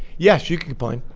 yes, you could complain.